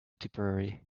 tipperary